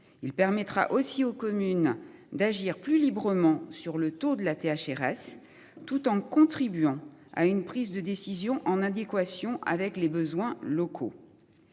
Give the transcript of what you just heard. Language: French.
Il permettra aussi aux communes d'agir plus librement sur le tour de la. Tout en contribuant à une prise de décision en adéquation avec les besoins locaux.